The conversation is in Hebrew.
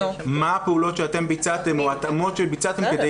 מה הפעולות שביצעתם או ההתאמות שביצעתם כדי